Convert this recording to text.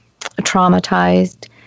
traumatized